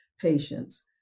patients